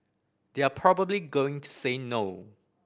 they are probably going to say no